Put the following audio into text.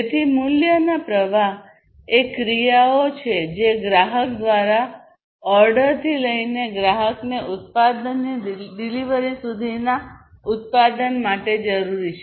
તેથી મૂલ્યના પ્રવાહ એ ક્રિયાઓ છે જે ગ્રાહક દ્વારા ઓર્ડરથી લઈને ગ્રાહકને ઉત્પાદનની ડિલિવરી સુધીના ઉત્પાદન માટે જરૂરી છે